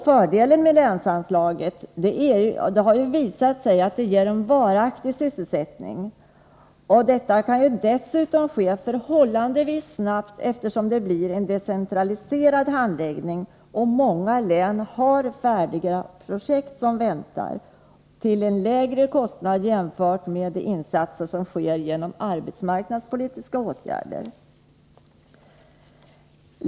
Fördelen med länsanslaget är att det har visat sig ge en varaktig sysselsättning, och detta kan dessutom ske förhållandevis snabbt, eftersom handläggningen decentraliseras. Många län har färdiga projekt som väntar, och som kan genomföras till en lägre kostnad än de insatser som sker genom arbetsmarknadspolitiska åtgärder.